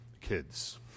Kids